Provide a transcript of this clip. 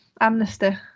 amnesty